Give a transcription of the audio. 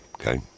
okay